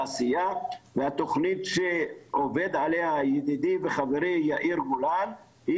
והתוכנית שעובד עליה ידידי וחברי יאיר גולן היא